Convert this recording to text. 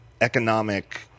economic